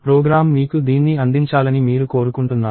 programme మీకు దీన్ని అందించాలని మీరు కోరుకుంటున్నారు